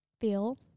feel